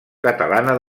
catalana